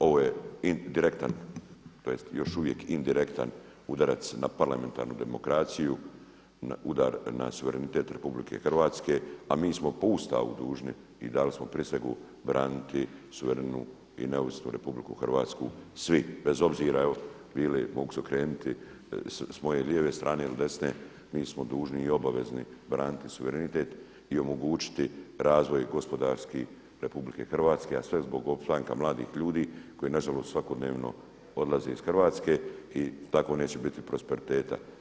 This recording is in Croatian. Ovo je direktan, tj. još uvijek indirektan udarac na parlamentarnu demokraciju, udar na suverenitet RH a mi smo po Ustavu dužni i dali smo prisegu braniti suverenu i neovisnu RH svi bez obzira jel bili, mogu se okrenuti s moje lijeve strane ili desne, mi smo dužni i obavezni braniti suverenitet i omogućiti razvoj gospodarski RH a sve zbog ostanka mladih ljudi koji nažalost svakodnevno odlaze iz Hrvatske i tako neće biti prosperiteta.